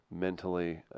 mentally